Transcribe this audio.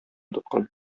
тоткан